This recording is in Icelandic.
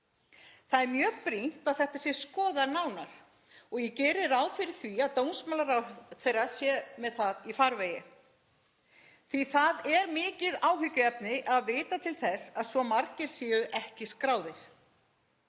Það er mjög brýnt að þetta sé skoðað nánar og ég geri ráð fyrir því að dómsmálaráðherra sé með það í farvegi því það er mikið áhyggjuefni að vita til þess að svo margir séu ekki skráðir.